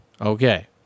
Okay